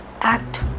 act